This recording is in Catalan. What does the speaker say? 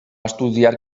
estudiar